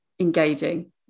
engaging